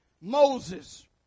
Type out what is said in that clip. Moses